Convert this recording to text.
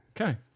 Okay